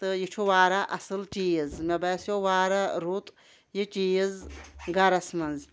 تہٕ یہِ چھُ واریاہ اصل چیٖز مےٚ باسیو واریاہ رُت یہِ چیٖز گرس منٛز